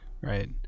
right